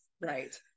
Right